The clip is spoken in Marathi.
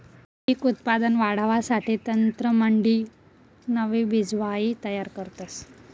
पिक उत्पादन वाढावासाठे तज्ञमंडयी नवी बिजवाई तयार करतस